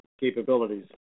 capabilities